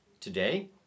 today